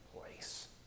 place